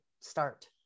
start